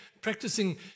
practicing